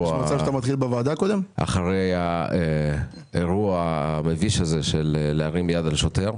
אחרי האירוע המביש של הרמת יד על שוטר.